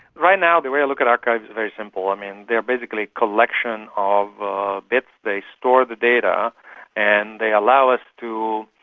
right now the way i look at archives is very simple. um and they are basically a collection of bits. they store the data and they allow us to,